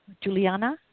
Juliana